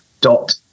dot